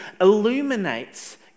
illuminates